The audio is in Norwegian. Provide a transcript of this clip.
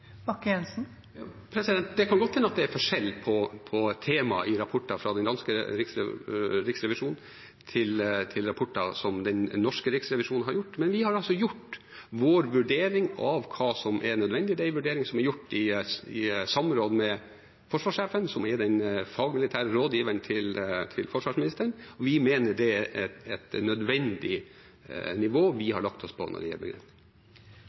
Det kan godt hende at det er forskjell på temaer i rapporten fra den danske riksrevisjonen og i rapporter som den norske riksrevisjonen har gjort. Men vi har altså gjort vår vurdering av hva som er nødvendig. Det er en vurdering som er gjort i samråd med forsvarssjefen, som er den fagmilitære rådgiveren til forsvarsministeren. Vi mener vi har lagt oss på et nødvendig nivå når det gjelder det. Det er en litt absurd debatt på én måte, fordi det